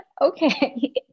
Okay